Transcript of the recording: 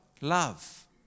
Love